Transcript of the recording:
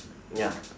ya